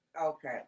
Okay